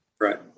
Right